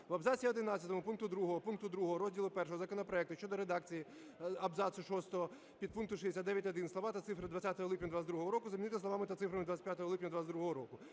підпункту 2 пункту 2 розділу І законопроекту (щодо редакції абзацу шостого підпункту 69.1) слова та цифри "20 липня 2022 року" замінити словами та цифрами "25 липня 2022 року".